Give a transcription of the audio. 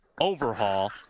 overhaul